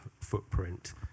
footprint